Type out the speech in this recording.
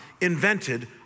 invented